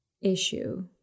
issue